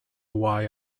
why